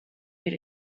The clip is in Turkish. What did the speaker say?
bir